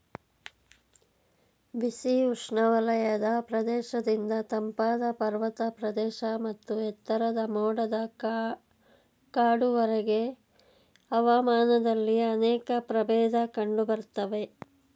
ಬಿಸಿ ಉಷ್ಣವಲಯದ ಪ್ರದೇಶದಿಂದ ತಂಪಾದ ಪರ್ವತ ಪ್ರದೇಶ ಮತ್ತು ಎತ್ತರದ ಮೋಡದ ಕಾಡುವರೆಗೆ ಹವಾಮಾನದಲ್ಲಿ ಅನೇಕ ಪ್ರಭೇದ ಕಂಡುಬರ್ತವೆ